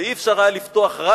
ולא היה אפשר לפתוח רדיו,